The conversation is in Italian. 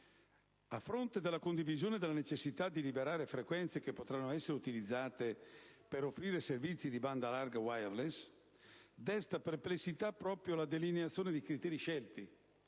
A fronte della condivisione della necessità di liberare frequenze che potranno essere utilizzate per offrire servizi di banda larga *wireless*, desta perplessità proprio la delineazione dei criteri scelti.